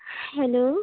hello